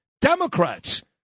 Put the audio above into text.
Democrats